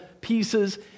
pieces